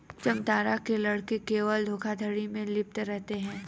जामतारा के लड़के केवल धोखाधड़ी में लिप्त रहते हैं